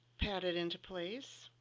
pat it into place,